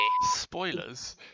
Spoilers